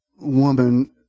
woman